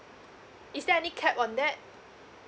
is there any cap on that